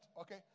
okay